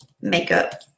makeup